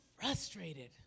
frustrated